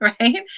right